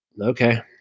Okay